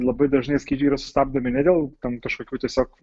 labai dažnai skrydžiai yra sustabdomi ne dėl ten kažkokių tiesiog